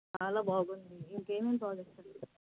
చాలా బాగుంది ఇంకేమేమి ప్రోజెక్ట్స్ చేస్తున్నారు